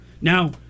Now